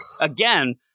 Again